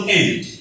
end